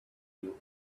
you